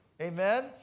amen